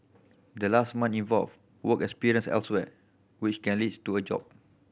the last month involve work experience elsewhere which can leads to a job